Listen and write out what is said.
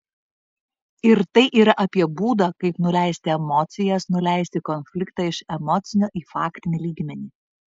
ir tai yra apie būdą kaip nuleisti emocijas nuleisti konfliktą iš emocinio į faktinį lygmenį